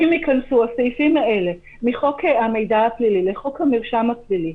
אם ייכנסו הסעיפים האלה מחוק המידע הפלילי לחוק המרשם הפלילי